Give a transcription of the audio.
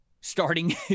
starting